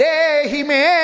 Dehime